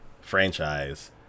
franchise